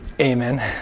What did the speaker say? Amen